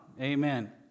Amen